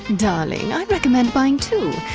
darling, i recommend buying two.